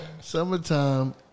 Summertime